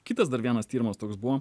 kitas dar vienas tyrimas toks buvo